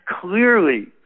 clearly